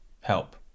help